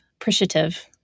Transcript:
appreciative